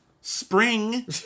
spring